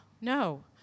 no